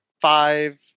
Five